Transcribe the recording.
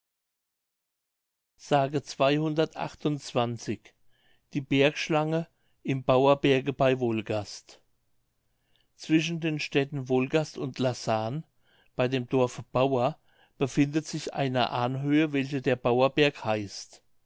die bergschlange im bauerberge bei wolgast zwischen den städten wolgast und lassahn bei dem dorfe bauer befindet sich eine anhöhe welche der bauerberg heißt